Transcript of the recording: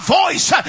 voice